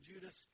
Judas